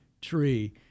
tree